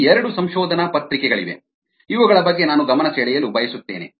ಇಲ್ಲಿ ಎರಡು ಸಂಶೋಧನಾ ಪತ್ರಿಕೆಗಳಿವೆ ಇವುಗಳ ಬಗ್ಗೆ ನಾನು ಗಮನ ಸೆಳೆಯಲು ಬಯಸುತ್ತೇನೆ